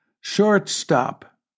Shortstop